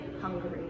hungry